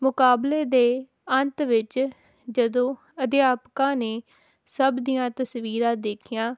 ਮੁਕਾਬਲੇ ਦੇ ਅੰਤ ਵਿੱਚ ਜਦੋਂ ਅਧਿਆਪਕਾਂ ਨੇ ਸਭ ਦੀਆਂ ਤਸਵੀਰਾਂ ਦੇਖੀਆਂ